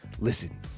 Listen